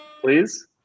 please